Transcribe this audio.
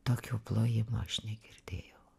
tokių plojimų aš negirdėjau